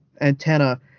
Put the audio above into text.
antenna